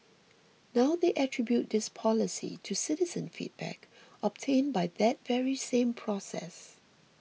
now they attribute this policy to citizen feedback obtained by that very same process